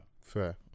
fair